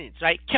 right